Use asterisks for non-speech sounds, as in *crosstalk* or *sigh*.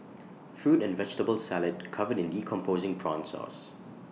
fruit and vegetable salad *noise* covered in decomposing prawn sauce